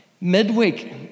Midweek